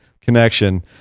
connection